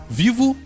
vivo